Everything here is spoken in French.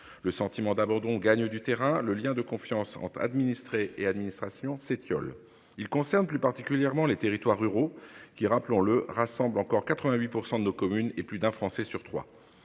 Le sentiment d'abandon gagne du terrain. Le lien de confiance entre administrés et administration s'étiole. Il concerne plus particulièrement les territoires ruraux, qui rappelons-le rassemble encore 88% de nos communes et plus d'un Français sur 3